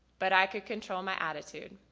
but i could control my attitude.